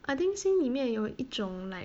I think 心里面有一种 like